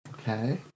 Okay